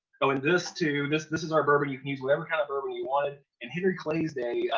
oh and this too, this, this is our bourbon, you can use whatever kind of bourbon you wanted. in henry clay's day, ah,